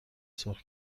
سرخ